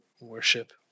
worship